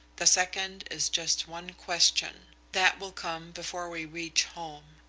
the second is just one question. that will come before we reach home.